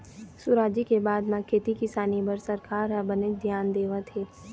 सुराजी के बाद म खेती किसानी बर सरकार ह बनेच धियान देवत हे